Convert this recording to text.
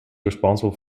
responsible